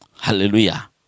Hallelujah